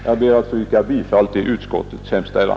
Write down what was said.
Jag ber att få yrka bifall till utskottets hemställan.